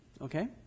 okay